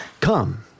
Come